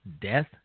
death